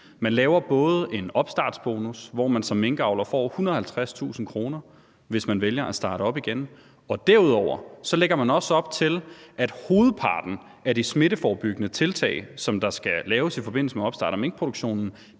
Der laves både en opstartsbonus, hvor man som minkavler får 150.000 kr., hvis man vælger at starte op igen, og derudover lægges der også op til, at hovedparten af de smitteforebyggende tiltag, der skal laves i forbindelse med opstart af minkproduktion,